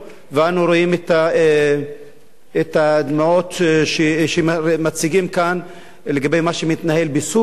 ואנחנו רואים את הדמעות שמציגים כאן לגבי מה שמתנהל בסוריה,